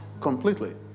completely